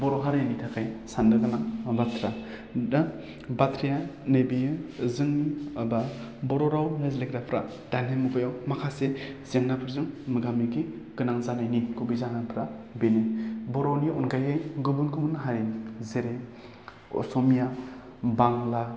बर' हारिनि थाखाय साननो गोनां बाथ्रा दा बाथ्राया नैबेयो जोंनि माबा बर' राव रायज्लायग्राफ्रा दानि मुगायाव माखासे जेंनाफोरजों मोगा मोगि गोनां जानायनि गुबै जाहोनफ्रा बेनो बर'नि अनगायै गुबुन गुबुन हारिनि जेरै असमिया बांला